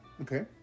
Okay